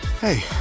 Hey